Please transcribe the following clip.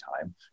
time